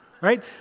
right